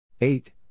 Eight